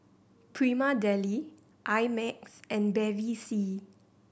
Prima Deli I Max and Bevy C